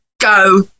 go